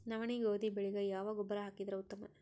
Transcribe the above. ನವನಿ, ಗೋಧಿ ಬೆಳಿಗ ಯಾವ ಗೊಬ್ಬರ ಹಾಕಿದರ ಉತ್ತಮ?